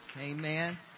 amen